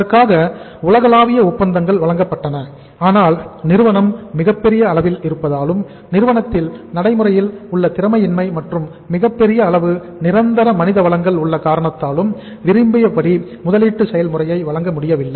அதற்காக உலகளாவிய ஒப்பந்தங்கள் வழங்கப்பட்டன ஆனால் நிறுவனம் மிகப்பெரிய அளவில் இருப்பதாலும் நிறுவனத்தில் நடைமுறையில் உள்ள திறமையின்மை மற்றும் மிகப்பெரிய அளவு நிரந்தர மனித வளங்கள் உள்ள காரணத்தாலும் விரும்பியபடி முதலீட்டு செயல்முறை வழங்க முடியவில்லை